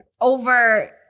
over